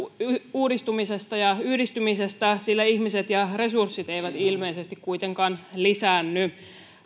uudistumisesta ja yhdistymisestä sillä ihmiset ja resurssit eivät ilmeisesti kuitenkaan lisäänny